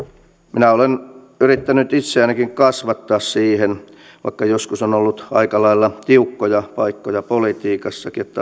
minä olen yrittänyt itseänikin kasvattaa siihen vaikka joskus on ollut aika lailla tiukkoja paikkoja politiikassakin että